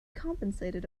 compensated